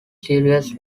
series